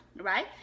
right